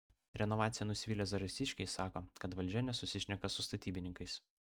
renovacija nusivylę zarasiškiai sako kad valdžia nesusišneka su statybininkais